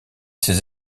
ses